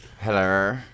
Hello